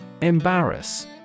Embarrass